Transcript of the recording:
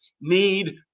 need